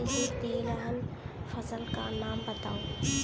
किसी तिलहन फसल का नाम बताओ